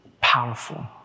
powerful